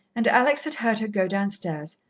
and alex had heard her go downstairs,